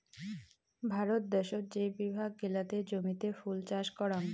ভারত দ্যাশোত যে বিভাগ গিলাতে জমিতে ফুল চাষ করাং